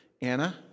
Anna